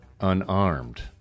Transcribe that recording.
unarmed